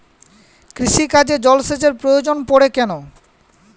কৃষিকাজে জলসেচের প্রয়োজন পড়ে কেন?